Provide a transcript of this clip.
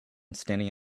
standing